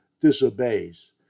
disobeys